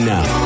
now